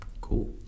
cool